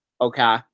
Okay